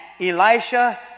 Elisha